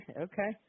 okay